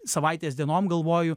savaitės dienom galvoju